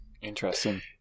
Interesting